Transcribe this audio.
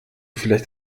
vielleicht